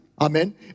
Amen